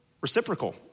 reciprocal